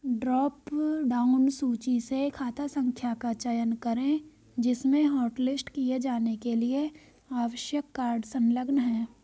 drop down सूची से खाता संख्या का चयन करें जिसमें हॉटलिस्ट किए जाने के लिए आवश्यक कार्ड संलग्न है